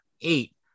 eight